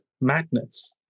madness